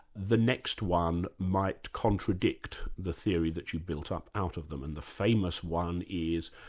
the next one might contradict the theory that you've built up out of them. and the famous one is,